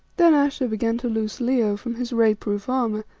then ayesha began to loose leo from his ray-proof armour,